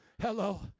Hello